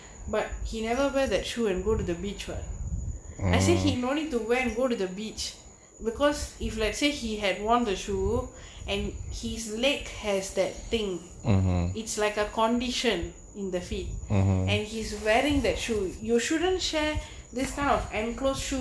but he never wear that shoe and go to the beach [what] I see he no need to when go to the beach because if let's say he had want the shoe and he's leg has that thing it's like a condition in the feet and he's wearing the shoe you shouldn't share this kind of anglo shoe